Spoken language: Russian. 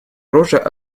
оружия